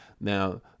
now